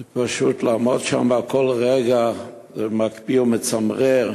זה פשוט, לעמוד שם וכל רגע זה מקפיא ומצמרר